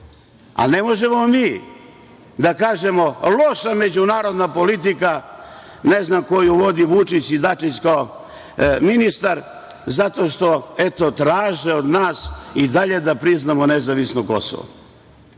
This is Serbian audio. A ne možemo mi da kažemo – loša međunarodna politika, ne znam, koju vodi Vučić i Dačić kao ministar zato što, eto, traže od nas i dalje da priznamo nezavisno Kosovo.